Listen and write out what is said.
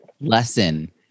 lesson